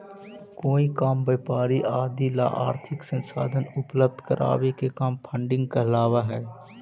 कोई काम व्यापार आदि ला आर्थिक संसाधन उपलब्ध करावे के काम फंडिंग कहलावऽ हई